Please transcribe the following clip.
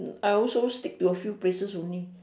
I also stick to a few places only